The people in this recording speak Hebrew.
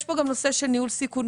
יש גם נושא של ניהול סיכונים.